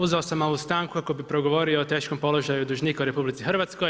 Uzeo sam ovu stanku kako bih progovorio o teškom položaju dužnika u RH.